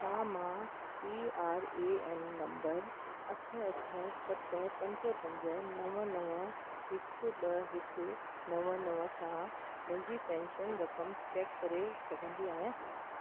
छा मां P R A N number अठ अठ सत पंज पंज नव नव हिकु ॿ हिकु नव नव सां मुंहिंजी पेंशन रक़म चेक करे सघंदी आहियां